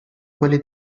quelli